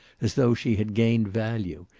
as though she had gained value,